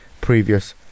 previous